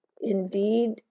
indeed